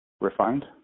refined